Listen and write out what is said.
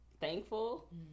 thankful